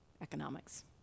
Economics